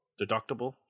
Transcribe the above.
deductible